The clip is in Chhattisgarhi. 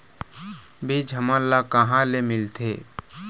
बीज हमन ला कहां ले मिलथे?